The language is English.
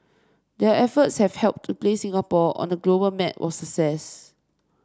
their efforts have helped to place Singapore on the global map of